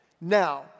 Now